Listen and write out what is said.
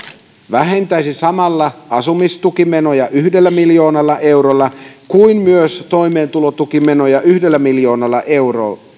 vähentäisi samalla asumistukimenoja yhdellä miljoonalla eurolla kuin myös toimeentulotukimenoja yhdellä miljoonalla eurolla